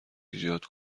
ایجاد